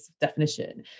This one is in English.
definition